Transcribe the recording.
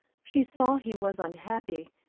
she saw he was unhappy,